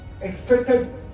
expected